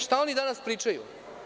Šta oni danas pričaju?